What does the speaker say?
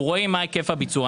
אנחנו רואים מה היקף הביצוע,